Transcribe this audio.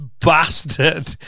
bastard